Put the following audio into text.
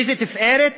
איזה תפארת